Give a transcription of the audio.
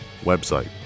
Website